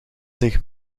zich